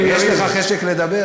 יריב, יש לך חשק לדבר?